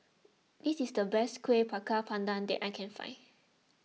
this is the best Kuih Bakar Pandan that I can find